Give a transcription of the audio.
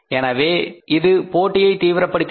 எனவே இது போட்டியை தீவிரப்படுத்தியது